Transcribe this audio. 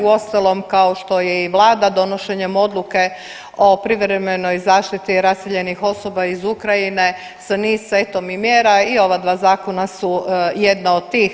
Uostalom kao što je i vlada donošenjem odluke o privremenoj zaštiti raseljenih osoba iz Ukrajine sa niz setom i mjera i ova dva zakona su jedna od tih.